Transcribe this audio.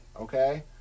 okay